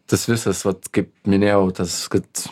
tas visas vat kaip minėjau tas kad